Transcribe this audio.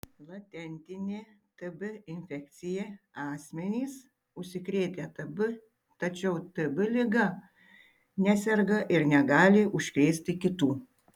latentinė tb infekcija asmenys užsikrėtę tb tačiau tb liga neserga ir negali užkrėsti kitų